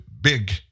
big